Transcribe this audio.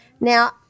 Now